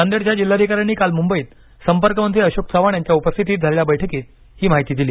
नांदेडच्या जिल्हाधिकाऱ्यांनी काल मुंबईत संपर्कमंत्री अशोक चव्हाण यांच्या उपस्थितीत झालेल्या बैठकीत ही माहिती दिली